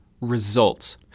results